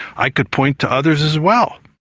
i could point to others as well.